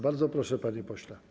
Bardzo proszę, panie pośle.